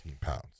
pounds